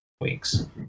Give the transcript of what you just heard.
weeks